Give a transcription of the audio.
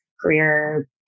career